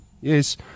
Yes